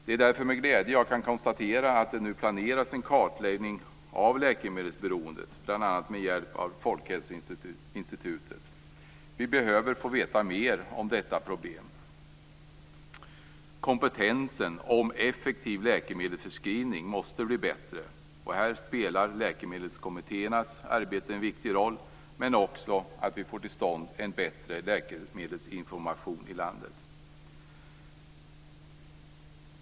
Det är därför med glädje som jag kan konstatera att en kartläggning av läkemedelsberoendet nu planeras, bl.a. med hjälp av Folkhälsoinstitutet. Vi behöver få veta mer om detta problem. Kompetensen när det gäller effektiv läkemedelsförskrivning måste bli bättre. Här spelar läkemedelskommittéernas arbete en viktig roll, liksom att vi får till stånd en bättre läkemedelsinformation i landet.